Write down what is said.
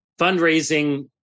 fundraising